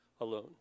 alone